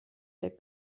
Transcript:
der